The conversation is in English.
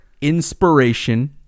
inspiration